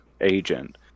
agent